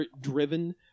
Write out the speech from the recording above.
driven